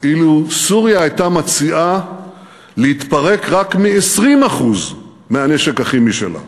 אילו סוריה הייתה מציעה להתפרק רק מ-20% מהנשק הכימי שלה